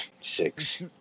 Six